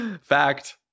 Fact